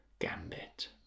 gambit